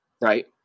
Right